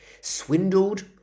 Swindled